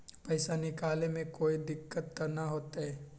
पैसा निकाले में कोई दिक्कत त न होतई?